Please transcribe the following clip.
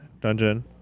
dungeon